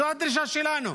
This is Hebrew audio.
זו הדרישה שלנו.